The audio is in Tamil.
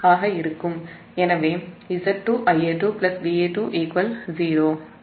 எனவேZ2 I2 Va2 0